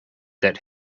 that